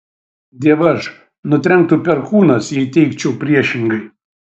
dievaž nutrenktų perkūnas jei teigčiau priešingai